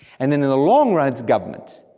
and then in the long run, it's governments,